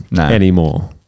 anymore